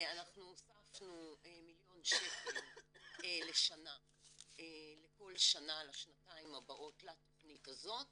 הוספנו מיליון שקל לשנה לכל שנה לשנתיים הבאות לתכנית הזאת